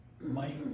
Mike